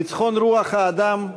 ניצחון רוח האדם,